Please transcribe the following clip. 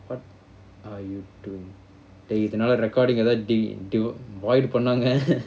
what are you doing இதுஎன்னடா:idhu ennada recording ஏதும்:edhum void பண்ணாங்க:pannanga